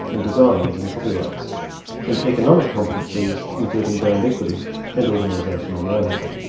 and designs and copyrights and economic competencies including brand equity and organisational know-how.